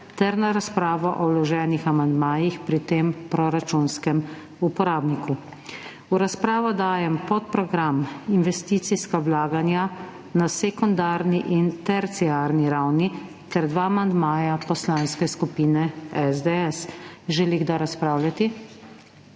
ter na razpravo o vloženih amandmajih pri tem proračunskem uporabniku. V razpravo dajem podprogram Investicijska vlaganja na sekundarni in terciarni ravni ter dva amandmaja Poslanske skupine SDS. Želi kdo razpravljati?